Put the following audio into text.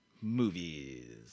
Movies